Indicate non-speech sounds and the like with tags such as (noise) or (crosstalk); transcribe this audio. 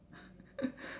(laughs)